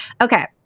Okay